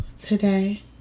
today